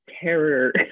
terror